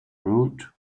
route